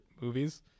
movies